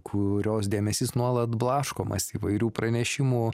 kurios dėmesys nuolat blaškomas įvairių pranešimų